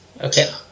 Okay